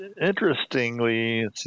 interestingly